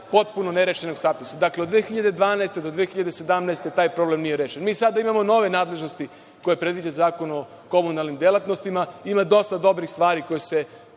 potpuno nerešenom statusu. Dakle, od 2012. do 2017. godine taj problem nije rešen. Sada imamo nove nadležnosti koje predviđa Zakon o komunalnim delatnostima. Ima dosta dobrih stvari koje se